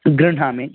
गृह्णामि